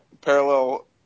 parallel